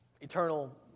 eternal